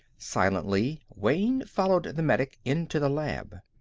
silently, wayne followed the medic into the lab.